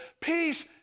peace